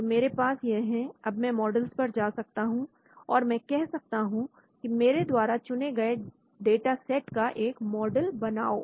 तो मेरे पास यह है अब मैं मॉडल्स पर जा सकता हूं और मैं कह सकता हूं कि मेरे द्वारा चुने गए डाटा सेट का एक मॉडल बनाओ